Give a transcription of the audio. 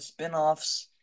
spinoffs